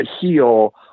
heal